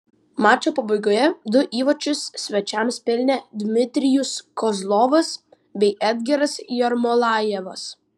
mačo pabaigoje du įvarčius svečiams pelnė dmitrijus kozlovas bei edgaras jermolajevas